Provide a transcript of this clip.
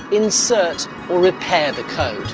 insert or repair the code.